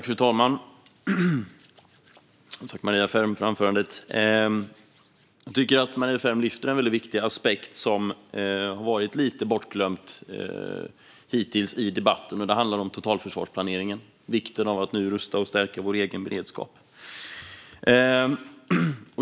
Fru talman! Jag tackar Maria Ferm för anförandet. Jag tycker att Maria Ferm tar upp en viktig aspekt som har varit lite bortglömd i debatten hittills. Det handlar om totalförsvarsplaneringen och vikten av att nu rusta och stärka vår egen beredskap.